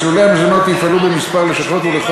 מסלולי המזונות יפעלו בכמה לשכות, ולכל,